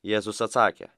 jėzus atsakė